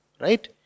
right